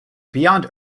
beyond